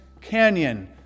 canyon